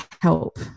help